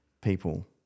people